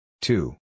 two